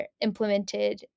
implemented